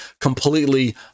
completely